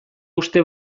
uste